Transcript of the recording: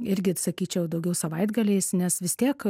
irgi sakyčiau daugiau savaitgaliais nes vis tiek